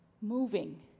moving